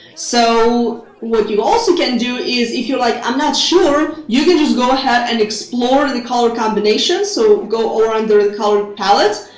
so what you also can do is if you're like, i'm not sure, you can just go ahead and explore the color combinations. so go over under the color palettes.